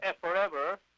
forever